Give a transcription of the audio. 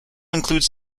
includes